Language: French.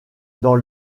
dans